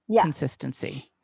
consistency